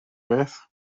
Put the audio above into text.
beth